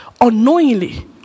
unknowingly